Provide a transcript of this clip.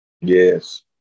Yes